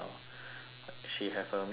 she have her midterms today